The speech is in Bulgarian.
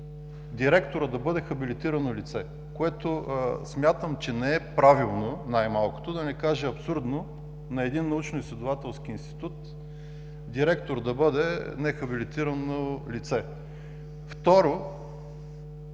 директорът да бъде хабилитирано лице, което смятам, че не е правилно – най-малкото, да не кажа абсурдно – на един научно-изследователски институт директор да бъде нехабилитирано лице. Второ,